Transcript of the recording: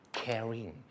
caring